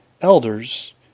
Elders